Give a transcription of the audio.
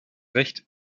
recht